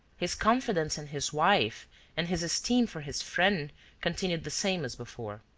his confidence in his wife and his esteem for his friend continued the same as before.